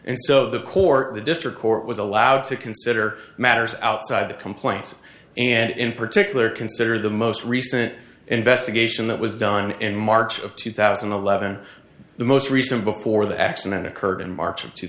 and so the court the district court was allowed to consider matters outside the complaints and in particular consider the most recent investigation that was done in march of two thousand and eleven the most recent before the accident occurred in march of two